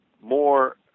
more